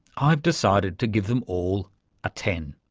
i've decided to give them all a ten.